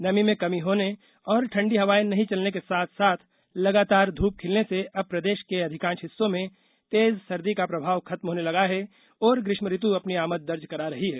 नमी में कमी होने और ठंडी हवाए नहीं चलने के साथ साथ लगातार धूप खिलने से अब प्रदेश के अधिकांश हिस्सों में तेज सर्दी का प्रभाव खत्म होने लगा है और ग्रीष्म ऋतु अपनी आमद दर्ज करा रही है